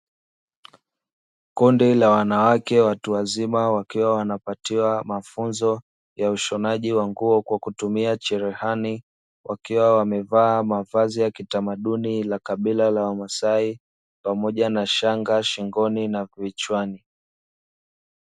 Kundi la wanawake watu wazima wakiwa wanapatiwa mafunzo ya ushonaji wa nguo kwa kutumia cherehani, wakiwa wamevaa mavazi ya kitamaduni la kabila la wamasai , pamoja na shanga shingoni na kichwani.